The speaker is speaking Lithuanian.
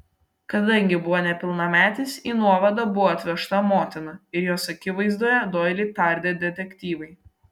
kadangi buvo nepilnametis į nuovadą buvo atvežta motina ir jos akivaizdoje doilį tardė detektyvai